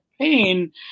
pain